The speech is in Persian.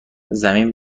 زمین